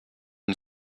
une